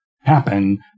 happen